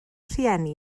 rhieni